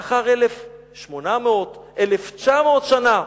לאחר 1,800, 1,900 שנה.